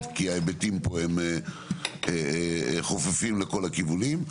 כי ההיבטים פה הם חופפים לכל הכיוונים,